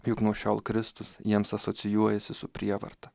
juk nuo šiol kristus jiems asocijuojasi su prievarta